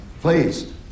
please